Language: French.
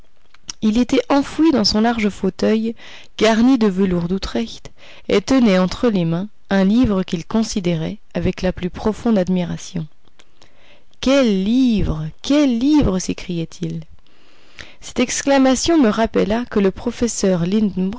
il était enfoui dans son large fauteuil garni de velours d'utrecht et tenait entre les mains un livre qu'il considérait avec la plus profonde admiration quel livre quel livre s'écriait-il cette exclamation me rappela que le professeur